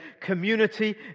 community